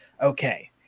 okay